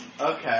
Okay